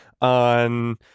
on